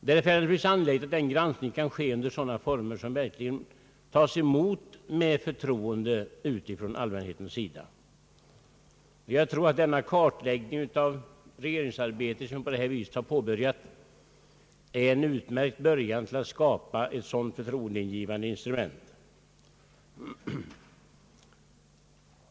Därför bör denna granskning ske under sådana former, som verkligen tas emot med förtroende från allmänhetens sida. Jag tror att den kartläggning av regeringens arbete, som på detta vis nu har påbörjats, är en utmärkt början till att skapa ett sådant förtroendeingivande instrument.